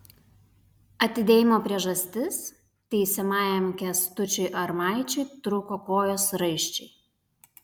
atidėjimo priežastis teisiamajam kęstučiui armaičiui trūko kojos raiščiai